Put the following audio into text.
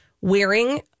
wearing